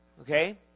Okay